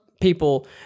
people